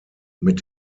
mit